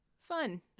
fun